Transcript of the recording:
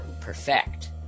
perfect